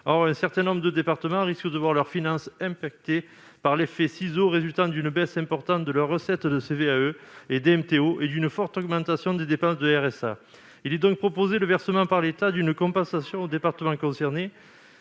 Or, un certain nombre de départements risquent de voir leurs finances affectées par l'effet ciseaux résultant d'une baisse importante de leurs recettes de CVAE et de DMTO et d'une forte augmentation des dépenses de RSA. Il est donc proposé le versement par l'État d'une compensation aux départements concernés.